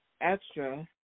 extra